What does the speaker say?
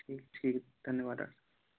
ठीक है ठीक है धन्यवाद डाक्टर